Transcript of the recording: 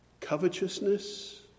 covetousness